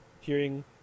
hearing